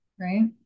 right